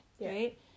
right